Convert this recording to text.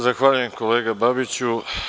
Zahvaljujem, kolega Babiću.